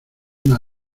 una